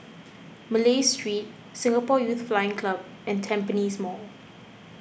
Malay Street Singapore Youth Flying Club and Tampines Mall